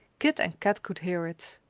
kit and kat could hear it.